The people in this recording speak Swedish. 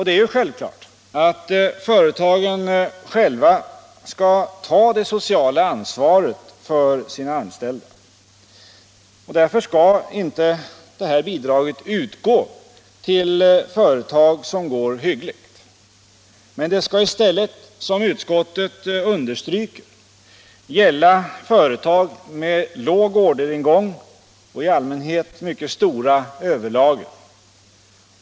Det är självklart att företagen själva skall ta det sociala ansvaret för sina anställda, och därför skall inte heller det här bidraget utgå till företag som går hyggligt. Men det skall i stället — som utskottet understryker — gälla företag med låg orderingång och i allmänhet mycket stora överlager.